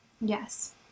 yes